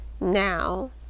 now